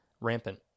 rampant